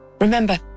Remember